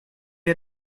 are